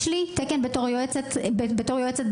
יש לי תקן בתור יועצת בתיכון,